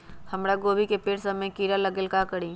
हमरा गोभी के पेड़ सब में किरा लग गेल का करी?